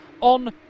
on